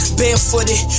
barefooted